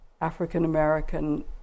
African-American